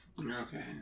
Okay